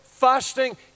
Fasting